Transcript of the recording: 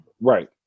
Right